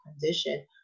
condition